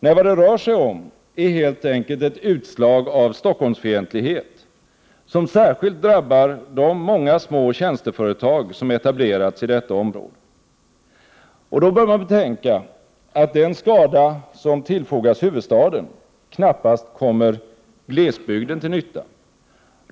Nej, vad det rör sig om är helt enkelt ett utslag av Stockholmsfientlighet, som särskilt drabbar de många små tjänsteföretag som etablerats i detta område. Då bör man betänka att den skada som tillfogas huvudstaden knappast kommer glesbygden till nytta.